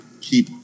keep